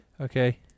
Okay